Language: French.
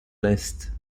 l’est